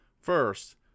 First